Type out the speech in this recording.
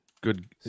Good